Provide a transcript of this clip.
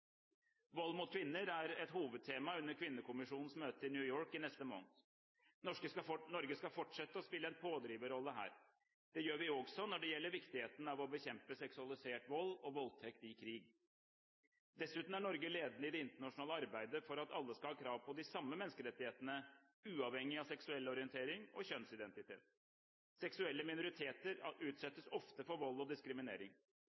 Vold mot kvinner er et hovedtema under Kvinnekommisjonens møte i New York i neste måned. Norge skal fortsette å spille en pådriverrolle her. Det gjør vi også når det gjelder viktigheten av å bekjempe seksualisert vold og voldtekt i krig. Dessuten er Norge ledende i det internasjonale arbeidet for at alle skal ha krav på de samme menneskerettighetene uavhengig av seksuell orientering og kjønnsidentitet. Seksuelle minoriteter